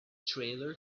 trailer